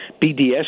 BDS